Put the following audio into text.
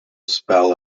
spell